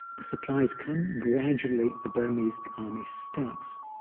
the supplies come. gradually, the burmese army starts